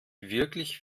wirklich